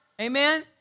Amen